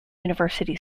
university